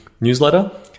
newsletter